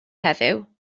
heddiw